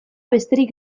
besterik